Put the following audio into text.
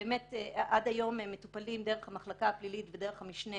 שעד היום מטופלים דרך המחלקה הפלילית ודרך המשנה